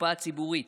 לקופה הציבורית.